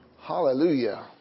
Hallelujah